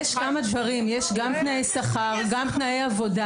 יש כמה דברים, יש גם תנאי שכר, גם תנאי עבודה.